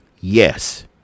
Yes